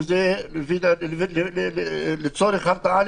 אם זה לצורך הרתעה,